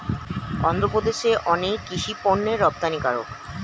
অন্ধ্রপ্রদেশ অনেক কৃষি পণ্যের রপ্তানিকারক